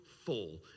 full